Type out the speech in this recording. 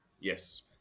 Yes